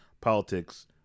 politics